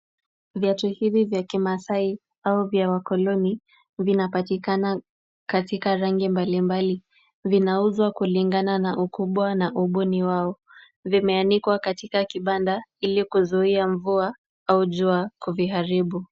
Viatu hivi vya kimaasai au vya wakoloni, vinapatikana katika rangi mbali mbali. Vinauzwa kulingana na ukubwa na ubuni wao. Vimeanikwa katika kibanda ili kuzuia mvua au jua kuviharibu.